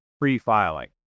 pre-filing